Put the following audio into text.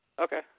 Okay